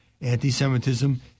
anti-Semitism